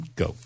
go